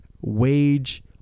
wage